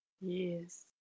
yes